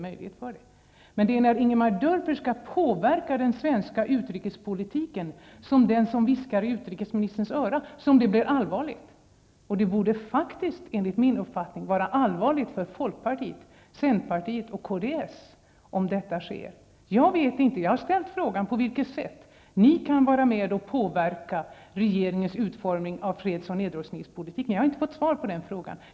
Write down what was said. Men det är när Ingemar Dörfer skall påverka den svenska utrikespolitiken och vara den som viskar i utrikesministerns öra som det blir allvarligt. Det borde faktiskt, enligt min uppfattning, vara allvarligt för folkpartiet, centerpartiet och kds om detta sker. Jag vet inte, men jag har ställt frågan på vilket sätt dessa partier kan vara med och påverka regeringens utformning av freds och nedrustningspolitiken. Jag har ännu inte fått svar på denna fråga.